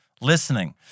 listening